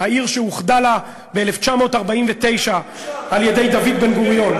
העיר שאוחדה לה ב-1949 על-ידי דוד בן-גוריון.